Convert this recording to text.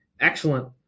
Excellent